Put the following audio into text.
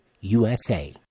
USA